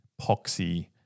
poxy –